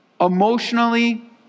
emotionally